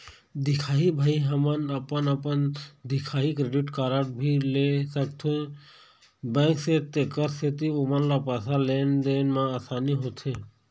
दिखाही भाई हमन अपन अपन दिखाही क्रेडिट कारड भी ले सकाथे बैंक से तेकर सेंथी ओमन ला पैसा लेन देन मा आसानी होथे?